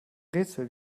rätsel